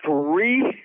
Three